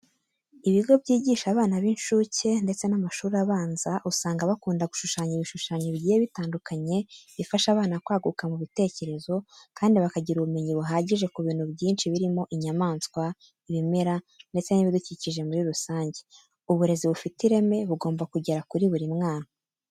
Ibigo byigisha abana b'inshuke ndetse n'amashuri abanza usanga bakunda gushushanya ibishushanyo bigiye bitandukanye bifasha abana kwaguka mu bitekerezo kandi bakagira ubumenyi buhagije ku bintu byinshi birimo inyamaswa, ibimera ndetse n'ibidukikije muri rusange. Uburezi bufite ireme bugomba kugera kuri buri mwana.